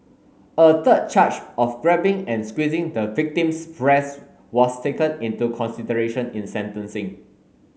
a third charge of grabbing and squeezing the victim's breasts was taken into consideration in sentencing